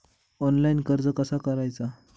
Online कर्ज कसा करायचा?